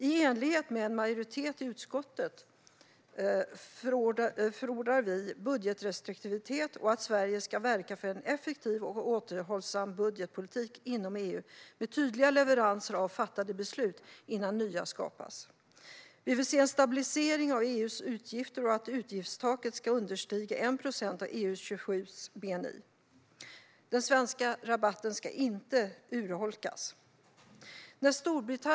I likhet med en majoritet i utskottet förordar vi budgetrestriktivitet och att Sverige ska verka för en effektiv och återhållsam budgetpolitik inom EU med tydliga leveranser av fattade beslut innan nya skapas. Vi vill se en stabilisering av EU:s utgifter och att utgiftstaket ska understiga 1 procent av EU-27:s bni. Den svenska rabatt som vi har haft ska inte urholkas.